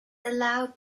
allowed